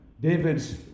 David's